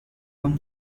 one